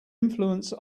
influence